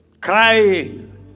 Crying